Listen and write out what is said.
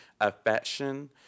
affection